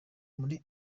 niba